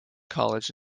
college